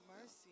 mercy